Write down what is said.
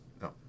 No